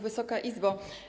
Wysoka Izbo!